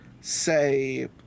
say